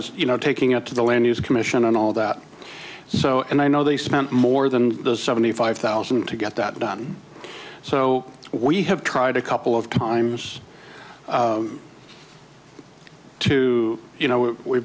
as you know taking it to the land use commission and all that so and i know they spent more than seventy five thousand to get that done so we have tried a couple of times to you know we